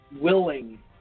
willing